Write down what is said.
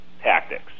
tactics